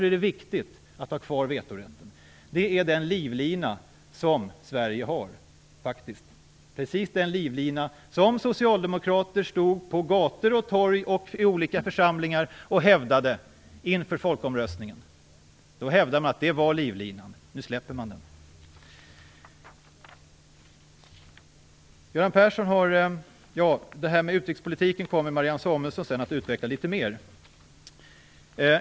Det är viktigt att ha kvar vetorätten. Det är den livlina som Sverige har. Det är precis den livlina som socialdemokrater inför folkomröstningen stod på gator och torg och i olika församlingar och hävdade fanns. Det var livlinan. Nu släpper man den. Detta med utrikespolitiken kommer Marianne Samuelsson sedan att utveckla litet mer.